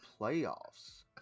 playoffs